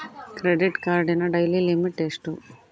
Credit ಕಾರ್ಡಿನ daily limit ಎಷ್ಟು?